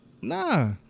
Nah